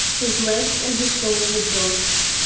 his legs and his soul rejoiced.